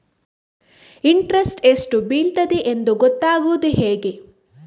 Interest ಎಷ್ಟು ಬೀಳ್ತದೆಯೆಂದು ಗೊತ್ತಾಗೂದು ಹೇಗೆ?